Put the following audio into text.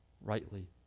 rightly